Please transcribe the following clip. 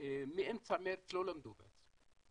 מאמצע מרץ לא למדו בעצם,